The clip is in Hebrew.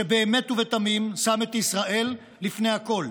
שבאמת ובתמים שם את ישראל לפני הכול,